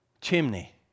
chimney